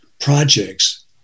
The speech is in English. projects